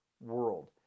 world